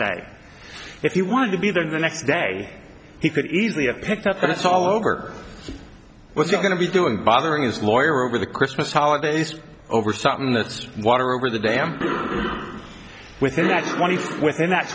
day if you wanted to be there the next day he could easily have picked up and it's all over what you're going to be doing bothering his lawyer over the christmas holidays over something that's water over the dam within that's when he's within that